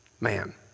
man